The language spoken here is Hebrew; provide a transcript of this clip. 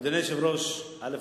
אדוני היושב-ראש, א.